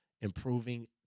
improving